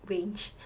range